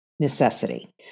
necessity